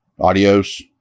adios